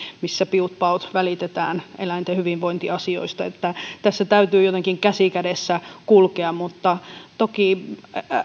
missä piut paut välitetään eläinten hyvinvointiasioista niin että tässä täytyy jotenkin käsi kädessä kulkea mutta toki